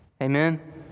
Amen